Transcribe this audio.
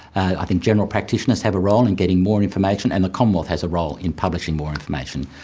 i think general practitioners have a role in getting more information, and the commonwealth has a role in publishing more information.